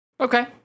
Okay